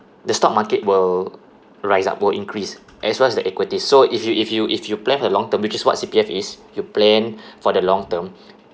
the stock market will rise up will increase as well as the equities so if you if you if you plan a long term which is what C_P_F is you plan for the long term